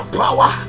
power